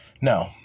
no